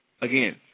again